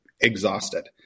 exhausted